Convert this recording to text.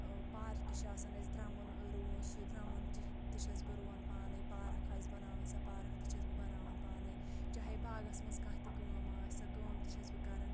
ٲں پارکہِ چھُ آسان اسہِ درٛمُن ٲں رُوُن سُہ درٛمُن تہِ چھیٚس بہٕ رُوان پانٔے پارَک آسہِ بَناوٕنۍ سۄ پارَک تہِ چھیٚس بہٕ بَناوان پانٔے چاہے باغَس منٛز کانٛہہ تہِ کٲم آسہِ سۄ کٲم تہِ چھیٚس بہٕ کَران